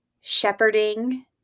shepherding